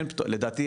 לדעתי,